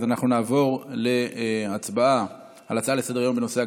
אז אנחנו נעבור להצבעה על הצעה לסדר-היום בנושא: